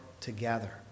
together